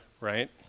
right